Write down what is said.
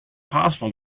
possible